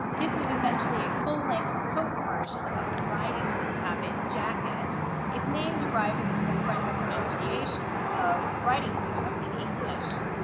this was essentially a full-length coat version of the riding habit jacket its name deriving from the french pronunciation of riding coat in english.